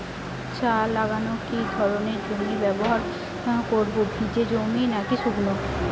চা লাগাবো কি ধরনের জমি ব্যবহার করব ভিজে জমি নাকি শুকনো?